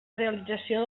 realització